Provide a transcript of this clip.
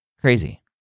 Crazy